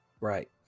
Right